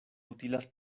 utilas